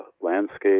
landscape